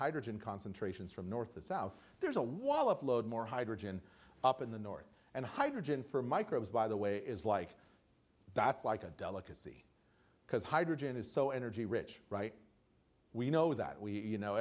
hydrogen concentrations from north to south there's a wallop load more hydrogen up in the north and hydrogen from microbes by the way is like that's like a delicacy because hydrogen is so energy rich right we know that we you know